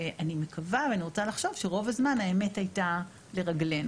ואני מקווה ואני רוצה לחשוב שרוב הזמן האמת הייתה לרגלנו.